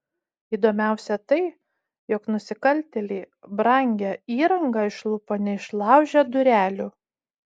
įdomiausia tai jog nusikaltėliai brangią įrangą išlupo neišlaužę durelių